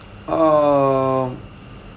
um